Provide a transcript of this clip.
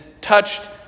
touched